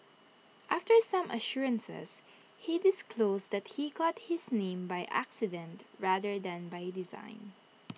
after some assurances he disclosed that he got his name by accident rather than by design